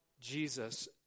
Jesus